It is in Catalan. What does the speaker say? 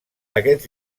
aquests